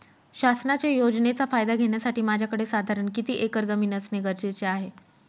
शासनाच्या योजनेचा फायदा घेण्यासाठी माझ्याकडे साधारण किती एकर जमीन असणे गरजेचे आहे?